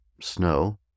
snow